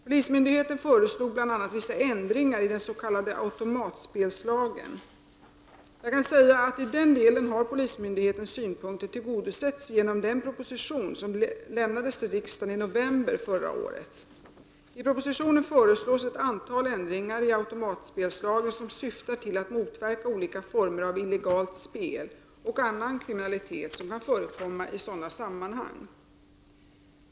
Polismyndigheten föreslog bl.a. vissa ändringar iden s.k. automatspelslagen. Jag kan säga att i den delen har polismyndighetens synpunkter tillgodosetts genom den proposition som lämnades till riksdagen i november förra året . I propositionen föreslås ett antal ändringar i automatspelslagen som syftar till att motverka olika former av illegalt spel och annan kriminalitet som kan förekomma i sådana sammanhang.